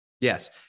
Yes